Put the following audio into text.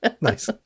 Nice